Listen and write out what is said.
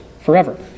forever